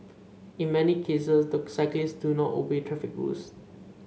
in many cases the cyclists do not obey traffic rules